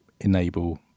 enable